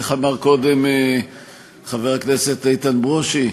איך אמר קודם חבר הכנסת איתן ברושי?